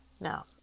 now